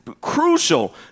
Crucial